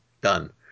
Done